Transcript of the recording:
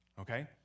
Okay